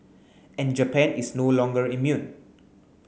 and Japan is no longer immune